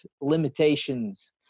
limitations